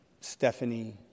Stephanie